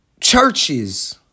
churches